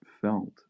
felt